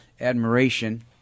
admiration